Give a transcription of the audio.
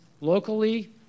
locally